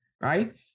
Right